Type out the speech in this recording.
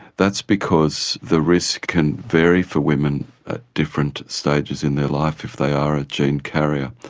that's because the risk can vary for women at different stages in their life if they are a gene carrier.